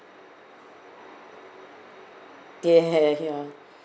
ya ya